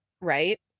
right